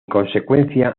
consecuencia